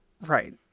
Right